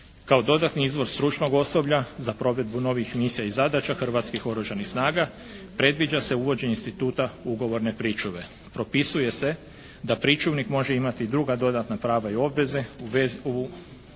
Kao dodatni izvor stručnog osoblja za provedbu novih misija i zadaća Hrvatskih oružanih snaga predviđa se uvođenje instituta ugovorne pričuve. Propisuje se da pričuvnik može imati druga dodatna prava i obveze u vezi sa